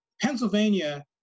Pennsylvania